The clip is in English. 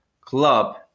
club